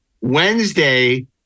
Wednesday